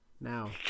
now